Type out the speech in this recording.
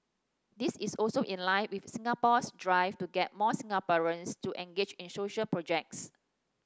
this is also in line with Singapore's drive to get more Singaporeans to engage in social projects